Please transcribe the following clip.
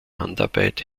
handarbeit